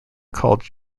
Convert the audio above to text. called